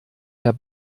der